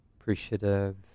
appreciative